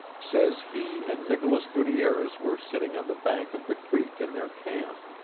says he and nicolas gutierez were sitting on the bank of the creek in their camp.